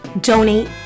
Donate